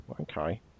okay